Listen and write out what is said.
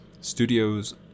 studios